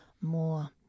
more